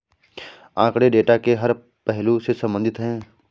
आंकड़े डेटा के हर पहलू से संबंधित है